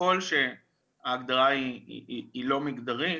וככל שההגדרה היא לא מגדרית,